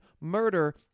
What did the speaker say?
murder